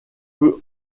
peut